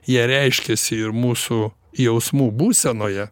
jie reiškiasi ir mūsų jausmų būsenoje